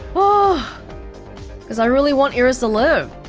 ah cause i really want iris to live